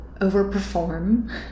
overperform